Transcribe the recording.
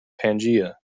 pangaea